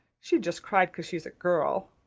she just cried cause she's a girl.